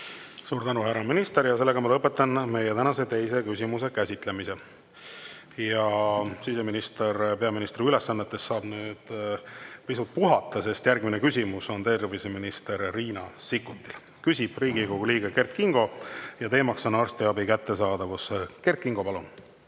Suur tänu, härra minister! Lõpetan meie tänase teise küsimuse käsitlemise. Siseminister peaministri ülesannetes saab nüüd pisut puhata, sest järgmine küsimus on terviseminister Riina Sikkutile. Küsib Riigikogu liige Kert Kingo ja teema on arstiabi kättesaadavus. Kert Kingo, palun!